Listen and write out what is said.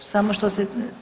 Samo što se